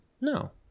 No